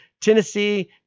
Tennessee